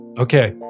Okay